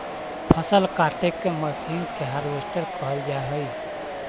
फसल काटे के मशीन के हार्वेस्टर कहल जा हई